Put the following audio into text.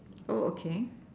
oh okay